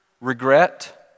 regret